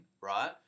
right